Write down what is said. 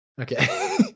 Okay